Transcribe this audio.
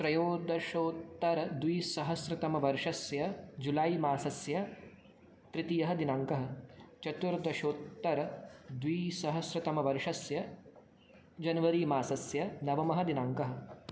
त्रयोदशोत्तरद्विसहस्रतमवर्षस्य जुलै मासस्य तृतीयः दिनाङ्कः चतुर्दशोत्तरद्विसहस्रतमवर्षस्य जन्वरी मासस्य नवमः दिनाङ्कः